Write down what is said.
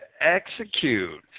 execute